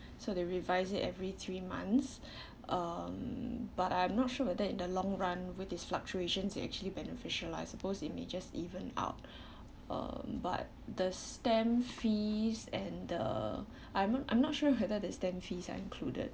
so they revise it every three months um but I'm not sure whether in the long run with it's fluctuations is actually beneficial lah I suppose it may just even out um but the stamp fees and the I haven't I'm not sure whether the stamp fees are included